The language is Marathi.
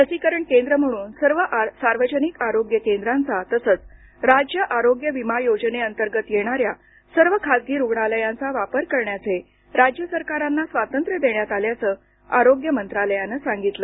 लसीकरण केंद्र म्हणून सर्व सार्वजनिक आरोग्य केंद्रांचा तसंच राज्य आरोग्य विमा योजनेअंतर्गत येणाऱ्या सर्व खासगी रुग्णालयांचा वापर करण्याचे राज्य सरकारांना स्वातंत्र्य देण्यात आल्याचं आरोग्य मंत्रालयानं सांगितलं